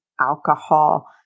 alcohol